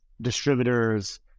distributors